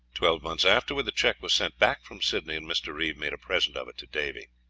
twelve months afterwards the cheque was sent back from sydney, and mr. reeve made a present of it to davy.